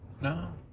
no